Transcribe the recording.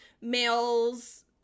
male's